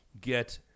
get